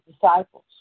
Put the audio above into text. disciples